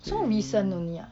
so recent ah